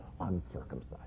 uncircumcised